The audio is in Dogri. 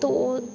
तां ओह्